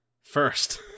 First